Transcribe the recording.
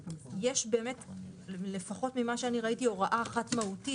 יש, לפחות ממה שאני ראיתי, הוראה אחת מהותית